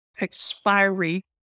expiry